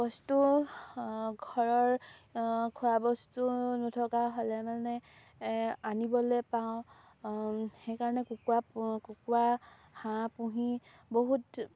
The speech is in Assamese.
বস্তু ঘৰৰ খোৱা বস্তু নথকা হ'লে মানে আনিবলৈ পাওঁ সেইকাৰণে কুকুৰা কুকুৰা হাঁহ পুহি বহুত